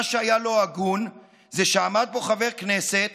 מה שהיה לא הגון זה שעמד פה חבר כנסת